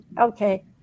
Okay